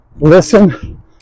listen